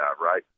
right